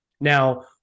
Now